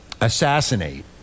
assassinate